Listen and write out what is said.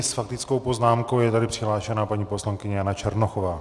S faktickou poznámkou je tady přihlášená paní poslankyně Jana Černochová.